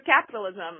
capitalism